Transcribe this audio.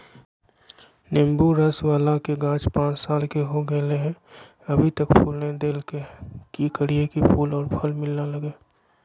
नेंबू रस बाला के गाछ पांच साल के हो गेलै हैं अभी तक फूल नय देलके है, की करियय की फूल और फल मिलना लगे?